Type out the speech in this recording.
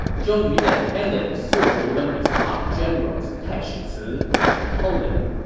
zhou yu then handed his sword to one of his top generals, taishi ci, and told him,